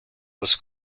was